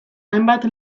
hainbat